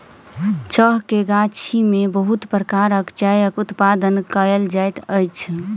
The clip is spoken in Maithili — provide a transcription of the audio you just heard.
चाहक गाछी में बहुत प्रकारक चायक उत्पादन कयल जाइत अछि